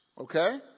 okay